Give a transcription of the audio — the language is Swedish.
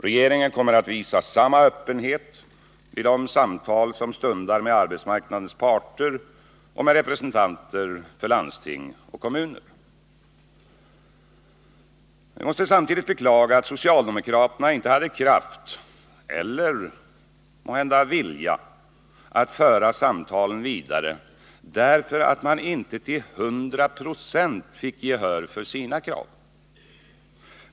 Regeringen kommer att visa samma öppenhet vid de samtal som stundar med arbetsmarknadens parter och med representanter för landsting och kommuner. Vi måste samtidigt beklaga att socialdemokraterna inte hade kraft eller måhända vilja att föra samtalen vidare därför att de inte till 100 92 fick gehör för sina krav.